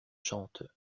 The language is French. chante